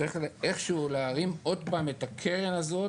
צריך איכשהו להרים עוד פעם את- -- הזאת,